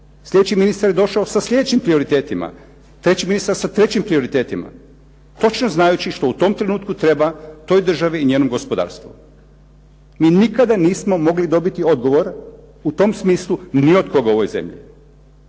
Slijedeći ministar je došao sa slijedećim prioritetima, treći ministar sa trećim prioritetima točno znajući što u tom trenutku treba toj državi i njenom gospodarstvu. Mi nikada nismo mogli dobili odgovor u tom smislu ni od koga u ovoj zemlji.